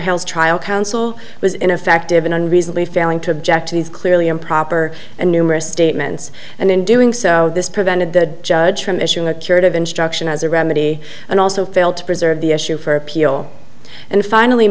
hell's trial counsel was ineffective and reasonably failing to object to these clearly improper and numerous statements and in doing so this prevented the judge from issuing a curative instruction as a remedy and also failed to preserve the issue for appeal and finally